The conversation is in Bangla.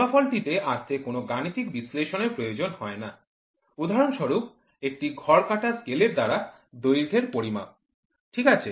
ফলাফলটিতে আসতে কোনও গাণিতিক বিশ্লেষণ প্রয়োজন না উদাহরণস্বরূপ একটি ঘর কাটা স্কেলের দ্বারা দৈর্ঘ্যের পরিমাপ ঠিক আছে